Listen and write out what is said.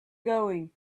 going